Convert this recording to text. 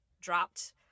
dropped